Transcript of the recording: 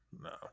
no